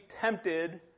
tempted